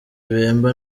bemba